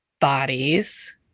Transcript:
bodies